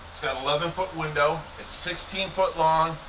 eleven foot window. it's sixteen foot long,